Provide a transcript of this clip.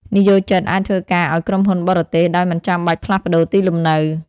និយោជិតអាចធ្វើការឱ្យក្រុមហ៊ុនបរទេស ដោយមិនចាំបាច់ផ្លាស់ប្តូរទីលំនៅ។